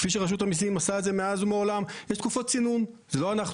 כפי שרשות המיסים עשתה את זה מאז מעולם.